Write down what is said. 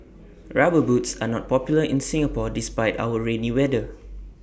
rubber boots are not popular in Singapore despite our rainy weather